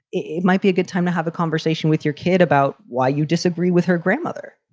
it might be a good time to have a conversation with your kid about why you disagree with her grandmother.